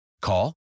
Call